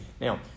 Now